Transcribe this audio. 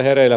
puhemies